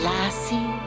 Lassie